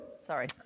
sorry